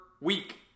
week